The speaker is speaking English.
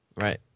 Right